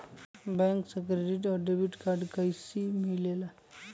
Bank से credit और debit card कैसी मिलेला?